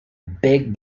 big